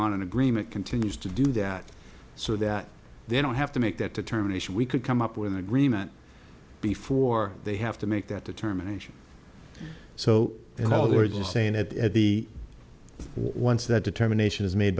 on an agreement continues to do that so that they don't have to make that determination we could come up with an agreement before they have to make that determination so you know the words are saying that at the once that determination is made